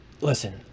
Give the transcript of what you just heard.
listen